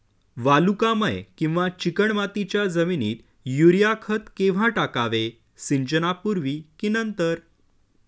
वालुकामय किंवा चिकणमातीच्या जमिनीत युरिया खत केव्हा टाकावे, सिंचनापूर्वी की नंतर?